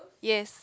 yes